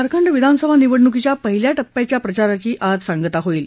झारखंड विधानसभा निवडणुकीच्या पहिल्या टप्प्याचा प्रचाराची आज सांगता होईल